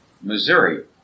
Missouri